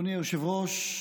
אדוני היושב-ראש,